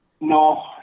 No